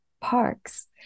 parks